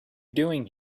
doing